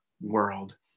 world